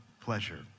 pleasure